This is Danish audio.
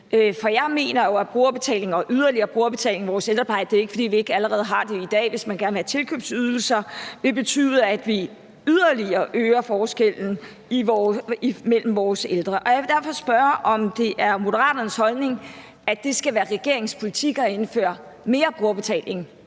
For jeg mener jo, at brugerbetaling og yderligere brugerbetaling – det er ikke, fordi vi ikke allerede har det i dag, hvis man gerne vil have tilkøbsydelser – i vores ældrepleje vil betyde, at vi yderligere øger forskellen mellem vores ældre. Og jeg vil derfor spørge, om det er Moderaternes holdning, at det skal være regeringens politik at indføre mere brugerbetaling